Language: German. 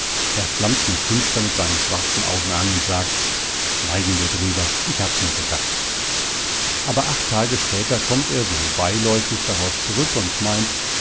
er flammt mich finster mit seinen schwarzen augen an und sagt schweigen wir drüber ich hab's mir gedacht aber acht tage später kommt er so beiläufig darauf zurück und meint